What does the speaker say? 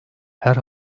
her